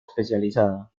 especializada